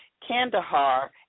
Kandahar